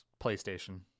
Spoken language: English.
PlayStation